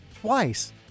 twice –